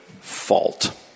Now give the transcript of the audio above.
fault